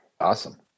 Awesome